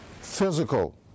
physical